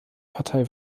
partei